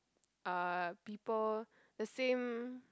uh people the same